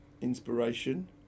inspiration